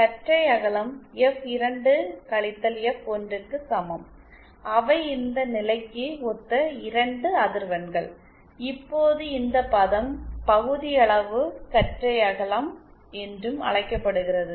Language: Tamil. கற்றை அகலம் F2 F1 க்கு சமம் அவை இந்த நிலைக்கு ஒத்த 2 அதிர்வெண்கள் இப்போது இந்த பதம் பகுதியளவு கற்றை அகலம் என்றும் அழைக்கப்படுகிறது